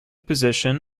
position